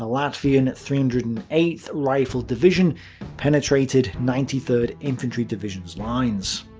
latvian three hundred and eighth rifle division penetrated ninety third infantry division's lines.